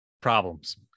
problems